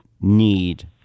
need